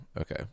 Okay